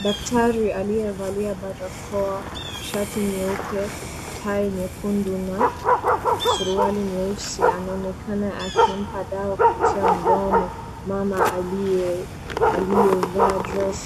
Daktari aliyevalia barakoa, shati nyeupe, tai nyekundu na suruali nyeusi, anaonekana akimpa dawa kupitia mdomo. Mama aliyevaa cs [dress]cs